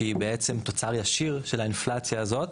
שזה בעצם תוצר ישיר של האינפלציה הזאת,